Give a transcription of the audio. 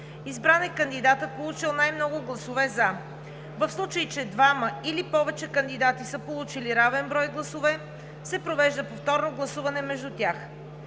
избран е кандидатът, получил най-много гласове „за“. В случай че двама или повече кандидати са получили равен брой гласове, се провежда повторно гласуване между тях.